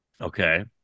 okay